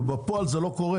אבל בפועל זה לא קורה,